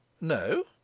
No